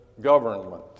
government